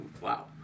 wow